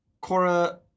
Cora